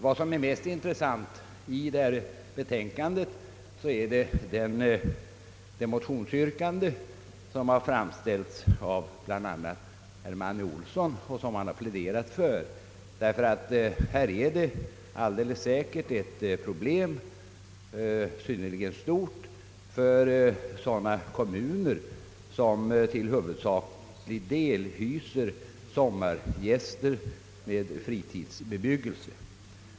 Vad som är mest intressant i betänkandet är det motionsyrkande som har framställts av herr Manne Olsson och som han har pläderat för. Problemet är alldeles säkert synnerligen stort för sådana kommuner som till huvudsaklig del hyser sommargäster i fritidshus.